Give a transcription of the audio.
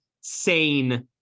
sane